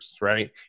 Right